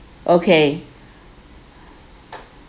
okay